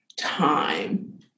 time